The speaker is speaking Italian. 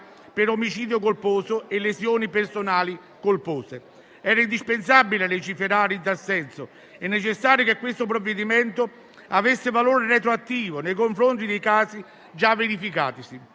per omicidio colposo e lesioni personali colpose. Era indispensabile legiferare in tal senso. È necessario che questo provvedimento abbia valore retroattivo nei confronti dei casi già verificatisi,